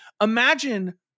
Imagine